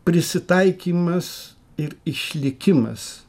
prisitaikymas ir išlikimas